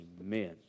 Amen